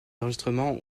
enregistrements